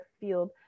field